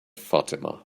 fatima